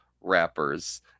rappers